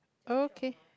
okay